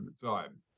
time